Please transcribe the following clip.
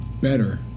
better